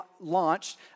launched